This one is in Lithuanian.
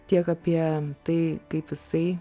tiek apie tai kaip jisai